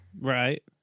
Right